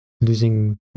losing